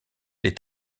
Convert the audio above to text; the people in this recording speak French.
les